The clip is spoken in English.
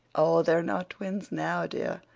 oh, they're not twins now, dear.